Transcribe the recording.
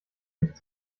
nicht